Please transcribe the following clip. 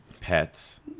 pets